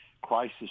crisis